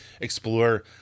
explore